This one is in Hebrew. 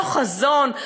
לא חזון,